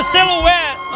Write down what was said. silhouette